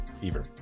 fever